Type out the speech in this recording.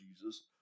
Jesus